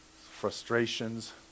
Frustrations